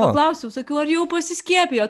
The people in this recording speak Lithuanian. paklausiau sakau ar jau pasiskiepijot